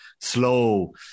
slow